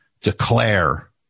Declare